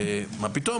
מה פתאום?